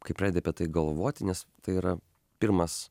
kai pradedi apie tai galvoti nes tai yra pirmas